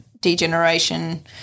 degeneration